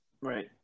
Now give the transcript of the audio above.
right